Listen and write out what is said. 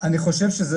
אני חושב,